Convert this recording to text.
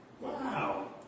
Wow